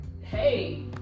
hey